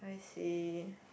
I see